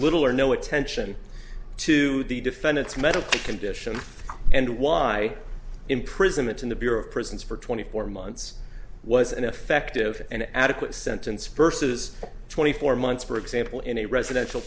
little or no attention to the defendant's medical condition and why imprisonment in the bureau of prisons for twenty four months was an effective and adequate sentence versus twenty four months for example in a residential